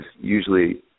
usually